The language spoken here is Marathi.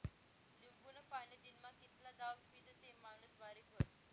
लिंबूनं पाणी दिनमा कितला दाव पीदं ते माणूस बारीक व्हस?